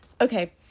Okay